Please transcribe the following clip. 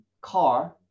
CAR